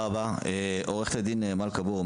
עורכת הדין מלכה בורו,